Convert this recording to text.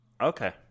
Okay